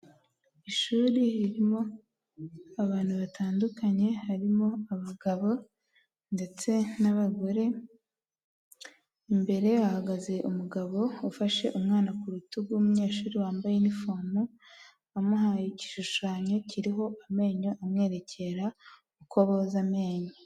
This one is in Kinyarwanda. Ishuri ririmo abantu batandukanye harimo abagabo ndetse n'abagore imbere hahagaze umugabo ufashe umwana ku rutugu rw'umunyeshuri wambaye inifomu amuhaye igishushanyo kiriho amenyo amwerekera uko boza amenyo.